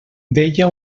veia